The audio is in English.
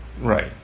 right